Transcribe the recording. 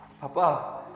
Papa